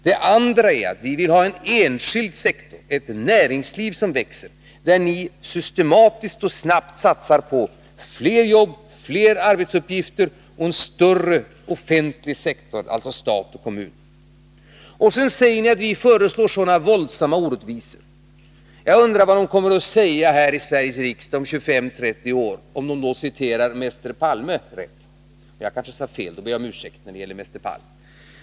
Den andra är att vi vill ha en enskild sektor, ett näringsliv som växer, medan ni systematiskt och snabbt satsar på flera jobb och arbetsuppgifter inom en större offentlig sektor, alltså stat och kommun. Vidare påstår ni att vi föreslår sådana våldsamma orättvisor. Jag undrar vad man kommer att säga i Sveriges riksdag om 25-30 år, när man då citerar mäster Palme — jag kanske sade fel och då ber jag om ursäkt, men jag avsåg Olof Palme.